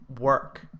work